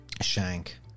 shank